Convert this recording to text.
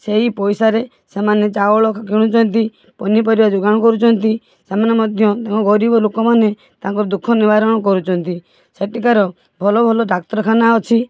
ସେହି ପଇସାରେ ସେମାନେ ଚାଉଳ କିଣିଛନ୍ତି ପନିପରିବା ଯୋଗାଣ କରୁଛନ୍ତି ସେମାନେ ମଧ୍ୟ ତାଙ୍କ ଗରିବ ଲୋକମାନେ ତାଙ୍କ ଦୁଃଖ ନିବାରଣ କରୁଚନ୍ତି ସେଠିକାର ଭଲ ଭଲ ଡାକ୍ତରଖାନା ଅଛି